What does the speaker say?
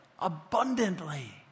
abundantly